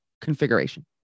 configuration